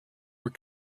were